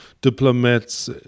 diplomats